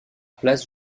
place